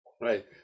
right